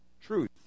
truth